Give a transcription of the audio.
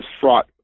fraught